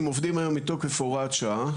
הם עובדים היום מתוקף הוראת שעה,